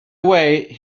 way